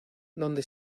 donde